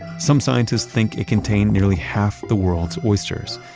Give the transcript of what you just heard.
some scientists think it contained nearly half the world's oysters.